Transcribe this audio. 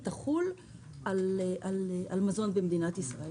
תחול על מזון במדינת ישראל.